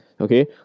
okay